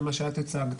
גם מה שאת הצגת,